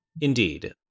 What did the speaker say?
Indeed